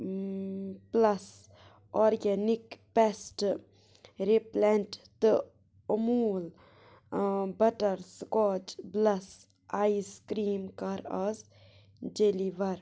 plus organic paste replant تہٕ Amul butterscotch plus ice cream کَر اَز ڈیلیور